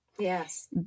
Yes